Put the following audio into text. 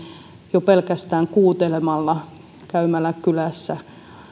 jo pelkästään kuuntelemalla käymällä kylässä